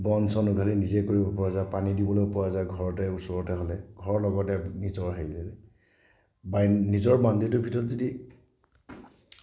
বন চন উঘালি নিজে কৰিব পৰা যায় পানী দিবলৈও পৰা যায় ঘৰতে ওচৰতে হ'লে ঘৰৰ লগত নিজৰ হেৰি বা নিজৰ বাউণ্ডেৰীটোৰ ভিতৰত যদি